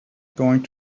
going